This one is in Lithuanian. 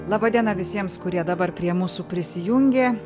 laba diena visiems kurie dabar prie mūsų prisijungė